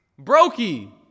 Brokey